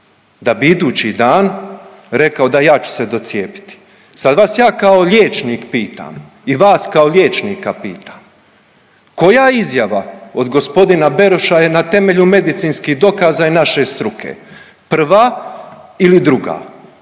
da bi idući dan rekao da ja ću se docijepiti? Sad ja vas kao liječnik pitam i vas kao liječnika pitam, koja izjava od g. Beroša je na temelju medicinskih dokaza i naše struke prva ili druga?